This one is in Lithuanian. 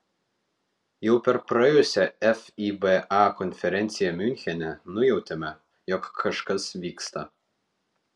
jau per praėjusią fiba konferenciją miunchene nujautėme jog kažkas vyksta